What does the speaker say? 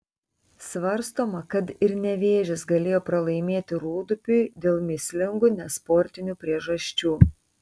svarstoma kad ir nevėžis galėjo pralaimėti rūdupiui dėl mįslingų nesportinių priežasčių